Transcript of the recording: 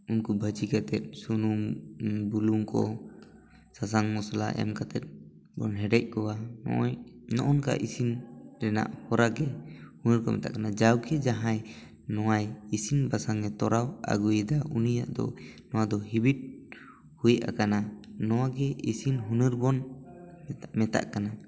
ᱩᱱᱠᱩ ᱵᱷᱟᱡᱤ ᱠᱟᱛᱮ ᱥᱩᱱᱩᱢ ᱵᱩᱞᱩᱝ ᱠᱚ ᱥᱟᱥᱟᱝ ᱢᱚᱥᱟᱞᱟ ᱮᱢ ᱠᱟᱛᱮᱫ ᱵᱚᱱ ᱦᱮᱰᱮᱡ ᱠᱚᱣᱟ ᱱᱚᱜ ᱱᱚᱠᱟ ᱤᱥᱤᱱ ᱨᱮᱱᱟᱜ ᱦᱚᱨᱟ ᱜᱮ ᱦᱩᱱᱟᱹᱨ ᱠᱚ ᱢᱮᱛᱟᱜ ᱠᱟᱱᱟ ᱡᱟᱣᱜᱮ ᱡᱟᱦᱟᱭ ᱱᱚᱶᱟᱭ ᱤᱥᱤᱱ ᱵᱟᱥᱟᱝᱮ ᱛᱚᱨᱟᱣ ᱟᱹᱜᱩᱭᱮᱫᱟ ᱩᱱᱤᱭᱟᱜ ᱫᱚ ᱱᱚᱣᱟ ᱫᱚ ᱦᱤᱵᱤᱴ ᱦᱩᱭ ᱟᱠᱟᱱᱟ ᱱᱚᱣᱟ ᱜᱮ ᱤᱥᱤᱱ ᱦᱩᱱᱟᱹᱨ ᱵᱚᱱ ᱢᱮᱛᱟᱜ ᱠᱟᱱᱟ